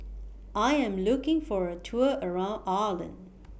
I Am looking For A Tour around Ireland